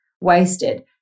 wasted